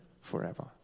forever